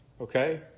okay